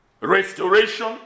restoration